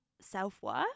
self-worth